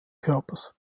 körpers